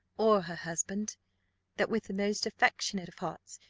or her husband that with the most affectionate of hearts,